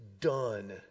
done